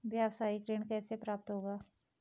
व्यावसायिक ऋण कैसे प्राप्त होगा?